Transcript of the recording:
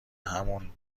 همون